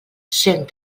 cent